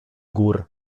gór